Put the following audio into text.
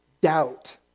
doubt